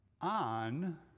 on